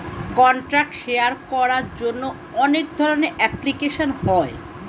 contact share করার জন্য অনেক ধরনের অ্যাপ্লিকেশন হয়